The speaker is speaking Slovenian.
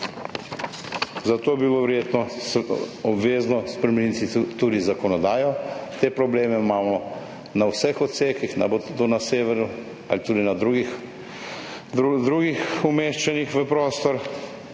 Za to bi bilo verjetno obvezno spremeniti tudi zakonodajo. Te probleme imamo na vseh odsekih, na severu, tudi na drugih umeščanjih v prostor,